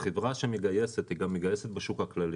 חברה שמגייסת עובדים עושה את זה גם בשוק הכללי.